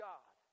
God